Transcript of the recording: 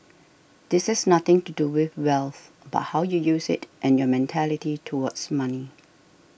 this has nothing to do with wealth but how you use it and your mentality towards money